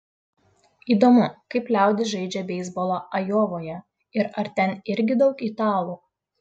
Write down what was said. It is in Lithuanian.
įdomu kaip liaudis žaidžia beisbolą ajovoje ir ar ten irgi daug italų